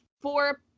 four